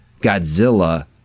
Godzilla